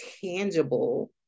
tangible